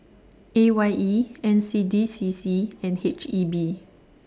A Y E N C D C C and H E B